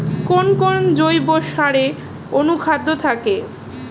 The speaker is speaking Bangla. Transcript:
কোন কোন জৈব সারে অনুখাদ্য থাকে?